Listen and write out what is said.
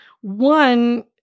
one